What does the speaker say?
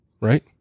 right